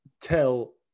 tell